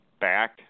back